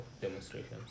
demonstrations